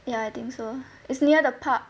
ya I think it's near the park